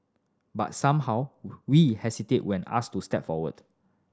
but somehow we hesitate when asked to step forward